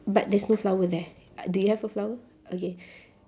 but there's no flower there uh do you have a flower okay